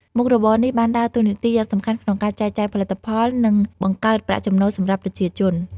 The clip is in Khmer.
មុខរបរនេះបានដើរតួនាទីយ៉ាងសំខាន់ក្នុងការចែកចាយផលិតផល និងបង្កើតប្រាក់ចំណូលសម្រាប់ប្រជាជន។